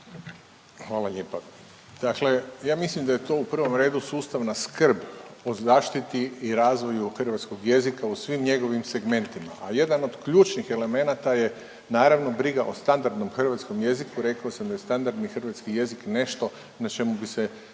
Hvala lijepa. Dakle ja mislim da je to u prvom redu sustavna skrb o zaštiti i razvoju hrvatskog jezika u svim njegovim segmentima, a jedan od ključnih elemenata je naravno, briga o standardnom hrvatskom jeziku, rekao sam da je standardni hrvatski jezik nešto na čemu bi se